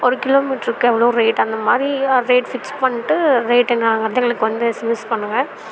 ஒரு கிலோ மீட்டருக்கு எவ்வளோ ரேட் அந்த மாதிரி ரேட் ஃபிக்ஸ் பண்ணிட்டு ரேட் என்னாங்கறதை எங்களுக்கு வந்து எஸ்எம்எஸ் பண்ணுங்கள்